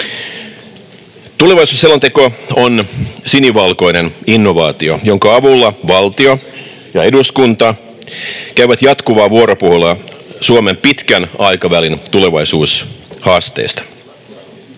Tulevaisuusselonteko on sinivalkoinen innovaatio, jonka avulla valtio ja eduskunta käyvät jatkuvaa vuoropuhelua Suomen pitkän aikavälin tulevaisuushaasteista.